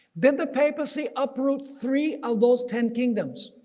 then the papacy uproot three of those ten kingdoms.